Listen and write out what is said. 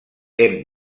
hem